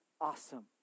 awesome